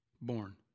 born